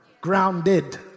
Grounded